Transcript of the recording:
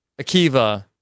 Akiva